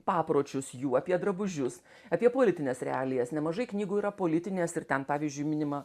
papročius jų apie drabužius apie politines realijas nemažai knygų yra politinės ir ten pavyzdžiui minima